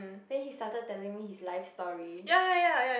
then he started telling me his life story